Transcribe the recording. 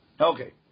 Okay